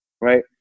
right